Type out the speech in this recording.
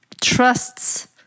trusts